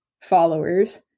followers